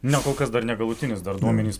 na kol kas dar negalutinis dar duomenys